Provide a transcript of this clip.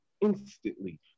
instantly